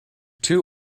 two